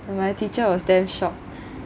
and my teacher was damn shock